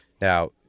Now